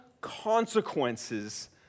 consequences